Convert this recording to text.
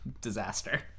Disaster